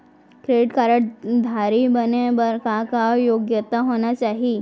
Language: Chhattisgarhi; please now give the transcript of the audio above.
क्रेडिट कारड धारी बने बर का का योग्यता होना चाही?